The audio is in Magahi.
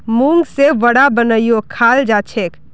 मूंग से वड़ा बनएयों खाल जाछेक